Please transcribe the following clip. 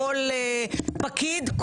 כל פקיד,